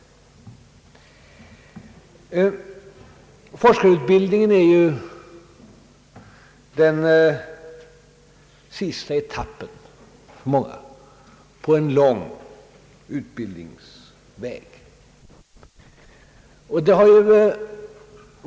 Forskarutbildningen är för många den sista etappen på en lång utbildningsväg.